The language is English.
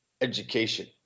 education